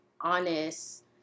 honest